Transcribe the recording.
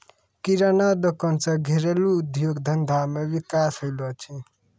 किराना दुकान से घरेलू उद्योग धंधा मे विकास होलो छै